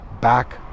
back